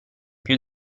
più